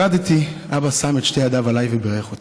כשירדתי, אבא שם את שתי ידיו עליי ובירך אותי.